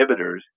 inhibitors